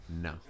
No